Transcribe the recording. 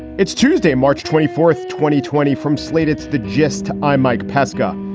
it's tuesday, march twenty fourth, twenty twenty from slate, it's the gist. i'm mike pesca.